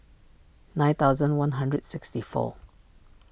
nine thousand one hundred sixty four